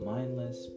Mindless